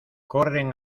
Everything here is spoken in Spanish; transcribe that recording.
corren